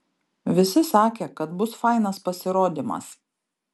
visi sakė kad bus fainas pasirodymas